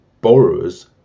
borrowers